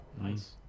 Nice